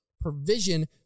provision